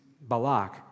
Balak